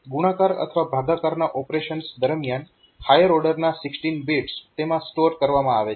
ગુણાકાર અથવા ભાગાકારના ઓપરેશન્સ દરમિયાન હાયર ઓર્ડરના 16 બિટ્સ તેમાં સ્ટોર કરવામાં આવે છે